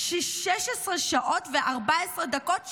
16 שעות ו-14 דקות שלמות.